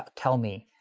tell me.